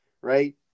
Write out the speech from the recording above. right